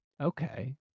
Okay